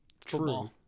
true